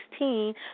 2016